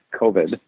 COVID